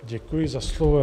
Děkuji za slovo.